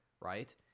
right